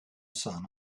sun